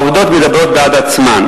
העובדות מדברות בעד עצמן.